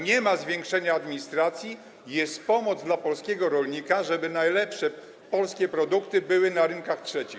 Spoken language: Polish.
Nie ma zwiększenia administracji, jest pomoc dla polskiego rolnika, żeby najlepsze polskie produkty były na rynkach trzecich.